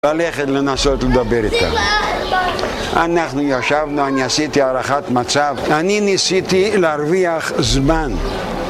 ללכת לנסות לדבר איתה אנחנו ישבנו, אני עשיתי הערכת מצב אני ניסיתי להרוויח זמן